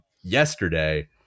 yesterday